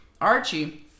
Archie